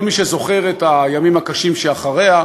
כל מי שזוכר את הימים הקשים שאחריה,